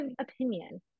opinion